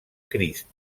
crist